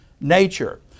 nature